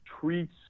treats